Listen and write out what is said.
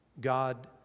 God